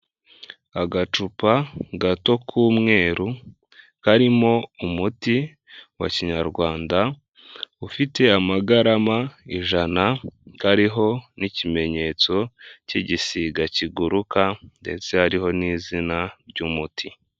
Agacupa gato k'umweru karimo umuti wa kinyarwanda ufite amagarama ijana ngariho n'ikimenyetso cy'igisiga kiguruka ndetse hariho n'izina ry'umuti.